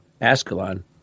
Ascalon